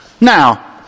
Now